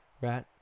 Right